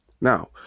Now